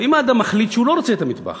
אם אדם מחליט שהוא לא רוצה את המטבח,